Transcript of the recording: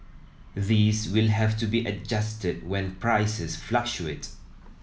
these will have to be adjusted when prices fluctuate